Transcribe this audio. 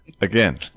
again